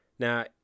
Now